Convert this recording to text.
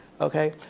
okay